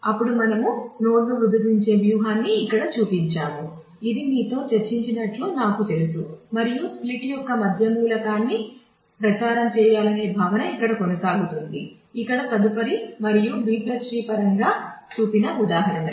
అప్పుడు మనము నోడ్ను విభజించే వ్యూహాన్ని ఇక్కడ చూపించాము ఇది మీతో చర్చించినట్లు నాకు తెలుసు మరియు స్ప్లిట్ యొక్క మధ్య మూలకాన్ని ప్రచారం చేయాలనే భావన ఇక్కడ కొనసాగుతుంది ఇక్కడ తదుపరి మరియు B ట్రీ పరంగా చూపిన ఉదాహరణలు